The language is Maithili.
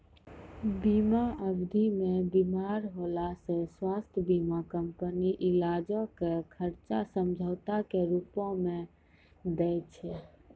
बीमा अवधि मे बीमार होला से स्वास्थ्य बीमा कंपनी इलाजो के खर्चा समझौता के रूपो मे दै छै